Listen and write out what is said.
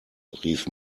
rief